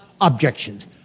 objections